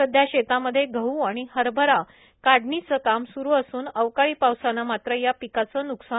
सध्या शेतामध्ये गह् आणि हरभरा सोंगणी चे काम स्रू असून अवकाळी पावसाने मात्र या पिकाचे नुकसान होत